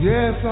Yes